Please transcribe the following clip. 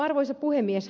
arvoisa puhemies